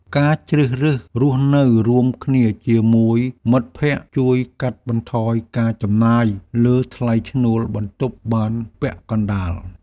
ការជ្រើសរើសរស់នៅរួមគ្នាជាមួយមិត្តភក្តិជួយកាត់បន្ថយការចំណាយលើថ្លៃឈ្នួលបន្ទប់បានពាក់កណ្តាល។